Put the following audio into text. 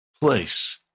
place